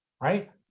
Right